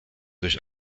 durch